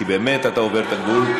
כי באמת אתה עובר את הגבול.